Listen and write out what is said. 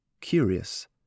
curious